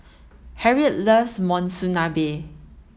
Harriet loves Monsunabe